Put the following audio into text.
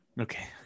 Okay